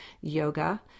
yoga